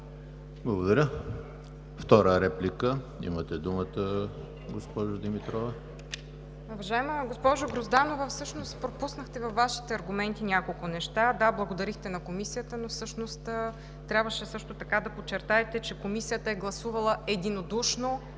Благодаря. Втора реплика – имате думата, госпожо Дамянова.